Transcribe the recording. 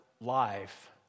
life